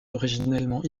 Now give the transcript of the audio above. originellement